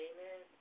Amen